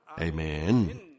Amen